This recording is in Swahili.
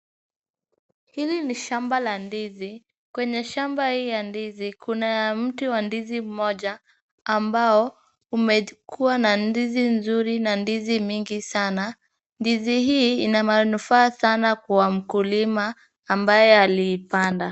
Hili ni shamba la ndizi. Kwenye shamba hii ya ndizi kuna mti wa ndizi mmoja ambao umekuwa na ndizi mzuri na ndizi mingi sana. Ndizi hii ina manufaa kwa mkulima ambaye aliipanda.